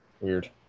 Weird